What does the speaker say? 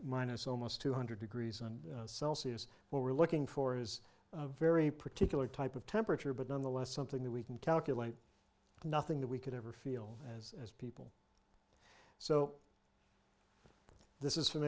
minus almost two hundred degrees and celsius what we're looking for is a very particular type of temperature but nonetheless something that we can calculate nothing that we could ever feel as as people so this is f